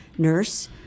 nurse